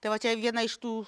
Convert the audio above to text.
tai va čia viena iš tų